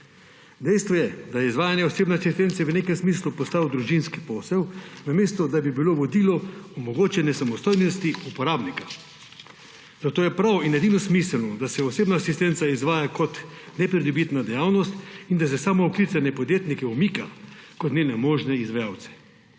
Dejstvo je, da je izvajanje osebne asistence v nekem smislu postal družinski posel, namesto da bi bilo vodilo omogočanje samostojnosti uporabnika. Zato je prav in edino smiselno, da se osebna asistenca izvaja kot nepridobitna dejavnost in da se samooklicane podjetnike umika kot njene možne izvajalce.